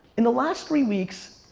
in the last three weeks,